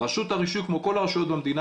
רשות הרישוי כמו כל הרשויות המדינה